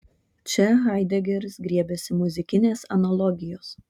čia haidegeris griebiasi muzikinės analogijos